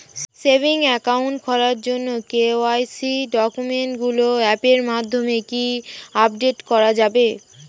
Savings account খোলার জন্য KYC ডকুমেন্টগুলো অ্যাপের মাধ্যমে কি আপডেট করা যাবে?